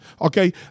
Okay